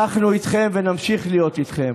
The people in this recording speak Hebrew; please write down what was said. אנחנו איתכם ונמשיך להיות איתכם.